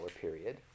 period